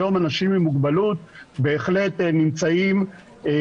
היום אנשים עם מוגבלות בהחלט נמצאים בראש מעיינינו,